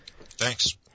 Thanks